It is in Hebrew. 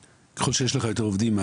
ככל שיש לך יותר עובדים,